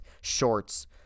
shorts